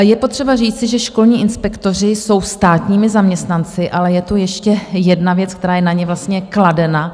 Je potřeba říci, že školní inspektoři jsou státními zaměstnanci, ale je tu ještě jedna věc, která je na ně kladena.